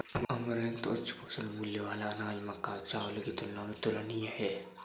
amaranth उच्च पोषण मूल्य वाला अनाज मक्का और चावल की तुलना में तुलनीय है